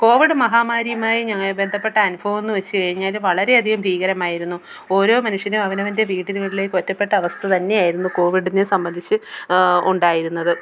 Covid മഹാമാരിയുമായി ഞങ്ങൾ ബന്ധപ്പെട്ട അനുഭവം എന്നു വച്ചു കഴിഞ്ഞാൽ വളരെ അധികം ഭീകരമായിരുന്നു ഓരോ മനുഷ്യനും അവനവൻ്റെ വീട്ടിലുകളിലേക്ക് ഒറ്റപ്പെട്ട അവസ്ഥ തന്നെയായിരുന്നു കോവിഡിനെ സംബന്ധിച്ചു ഉണ്ടായിരുന്നത്